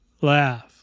laugh